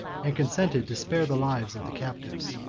and consented to spare the lives of the captives.